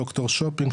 דוקטור שופינג,